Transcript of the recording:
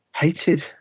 Hated